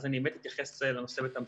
אז אני באמת אתייחס לנושא בתמציתיות.